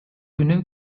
күнү